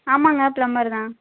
ஆமாம்ங்க ப்ளம்பர் தான்